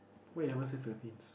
why you never say Philippines